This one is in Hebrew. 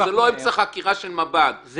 זה לא באמצע חקירה של מב"ד.